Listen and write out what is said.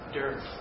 dirt